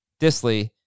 Disley